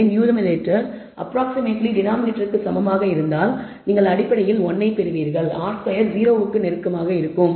எனவே numerator approximately டினாமினேட்டர்ற்கு சமமாக இருந்தால் நீங்கள் அடிப்படையில் 1 ஐப் பெறுவீர்கள் r ஸ்கொயர் 0 க்கு நெருக்கமாக இருக்கும்